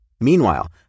Meanwhile